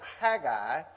Haggai